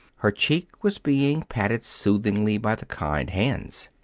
her cheek was being patted soothingly by the kind hands.